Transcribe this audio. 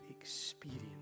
experience